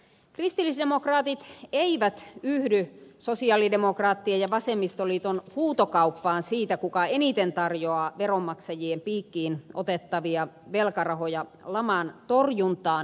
kristillisdemokraatit eivät yhdy sosialidemokraattien ja vasemmistoliiton huutokauppaan siitä kuka eniten tarjoaa veronmaksajien piikkiin otettavia velkarahoja laman torjuntaan